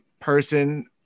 person